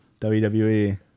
WWE